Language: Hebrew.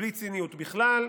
בלי ציניות בכלל,